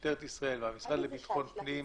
ממשטרת ישראל ומהמשרד לביטחון פנים,